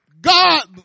God